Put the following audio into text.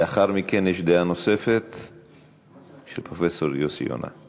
לאחר מכן יש דעה נוספת של פרופסור יוסי יונה.